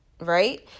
Right